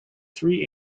three